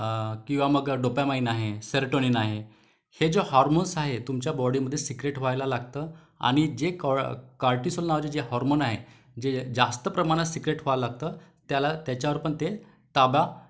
किंवा मग डोपॅमाइन आहे सेरटोनीन आहे हे जे हार्मोन्स आहे तुमच्या बॉडीमध्ये सिक्रेट व्हायला लागतं आणि जे कॉ कार्टीसोन नावाचे जे हार्मोन आहे जास्त प्रमाणात सिक्रेट व्हायला लागतं त्याला त्याच्यावर पण ते ताबा